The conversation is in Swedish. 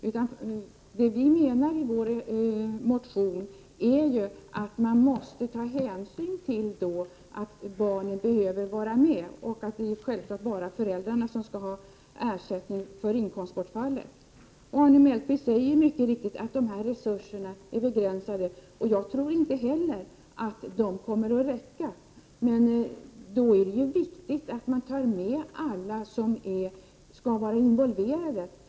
Vad vi menar med vår motion är att man måste ta hänsyn till att syskonen behöver vara med. Självfallet är det föräldrarna som skall ha ersättning för inkomstbortfallet. Arne Mellqvist säger mycket riktigt att de här resurserna är begränsade, och jag tror inte heller att de kommer att räcka. Men då är det ju viktigt att man tar med alla som skall vara involverade.